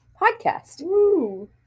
podcast